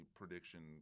prediction